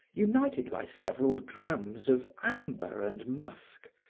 united by several drams of amber and musk,